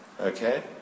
Okay